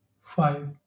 five